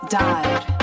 died